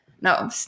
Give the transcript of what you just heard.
No